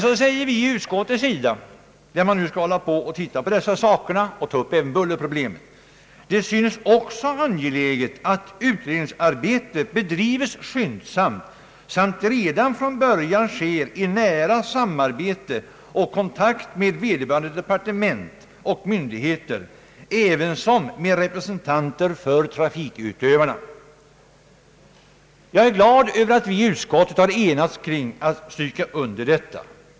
Så tar utskottet upp frågan om att titta på dessa saker och behandla även bullerproblemet: »Det synes också angeläget att utredningsarbetet bedrives skyndsamt samt redan från början sker i nära samarbete och kontakt med vederbörande departement och myndigheter, ävensom med representanter för trafikutövarna.» Jag är glad över att vi i utskottet enats kring att stryka under detta.